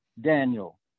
Daniel